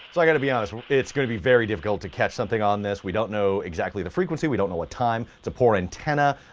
so i gotta be honest, it's going to be very difficult to catch something on this. we don't know exactly the frequency, we don't know what time, it's a poor antenna,